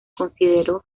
consideró